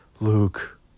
Luke